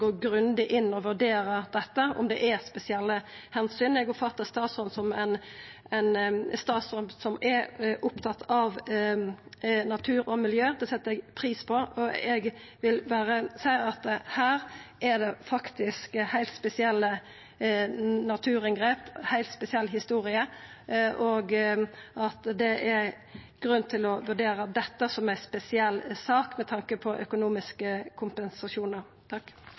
gå grundig inn i og vurdera dette – om det er spesielle omsyn. Eg oppfattar statsråden som ein statsråd som er opptatt av natur og miljø, og det set eg pris på. Eg vil berre seia at her er det faktisk heilt spesielle naturinngrep, ei heilt spesiell historie, og at det er grunn til å vurdera dette som ei spesiell sak med tanke på økonomiske kompensasjonar.